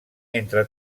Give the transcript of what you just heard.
entre